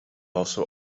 also